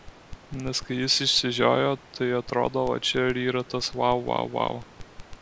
nes kai jis išsižiojo tai atrodo va čia ir yra tas vau vau vau